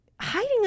hiding